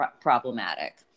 problematic